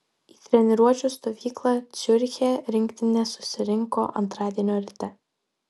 į treniruočių stovyklą ciuriche rinktinė susirinko antradienio ryte